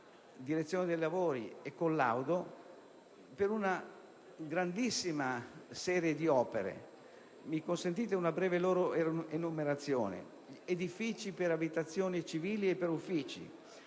direzione dei lavori e collaudo per una grandissima serie di opere. Mi sia consentita una loro breve enumerazione: edifici per abitazione civile e per uffici;